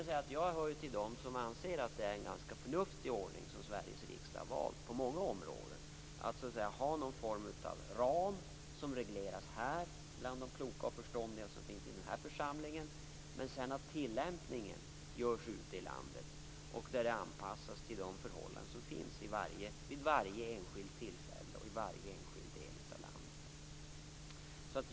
Jag hör till dem som anser att det är en ganska förnuftig ordning som Sveriges riksdag har valt på många områden, dvs. att ha en ram som regleras härifrån bland de kloka och förståndiga som finns i den här församlingen och att tillämpningen sker ute i landet där det är möjligt att göra en anpassning till de förhållanden som råder vid varje enskilt tillfälle och i varje enskild del av landet.